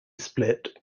split